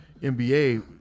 NBA